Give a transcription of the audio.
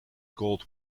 cold